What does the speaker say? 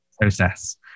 process